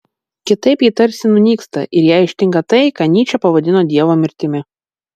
kitaip ji tarsi nunyksta ir ją ištinka tai ką nyčė pavadino dievo mirtimi